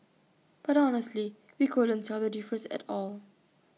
but honestly we couldn't tell the difference at all